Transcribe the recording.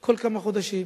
כל כמה חודשים,